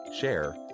share